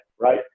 right